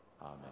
Amen